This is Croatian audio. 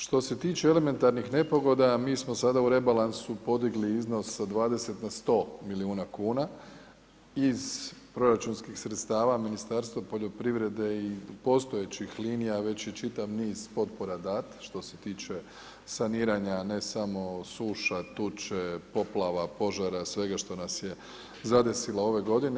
Što se tiče elementarnih nepogoda mi smo sada u rebalansu podigli iznos sa 20 na 100 milijuna kuna iz proračunskih sredstava Ministarstva poljoprivrede i postojećih linija već je čitav niz potpora dat što se tiče saniranja ne samo suša, tuče, poplava, požara i svega što nas je zadesilo ove godine.